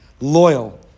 Loyal